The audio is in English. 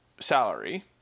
salary